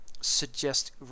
suggest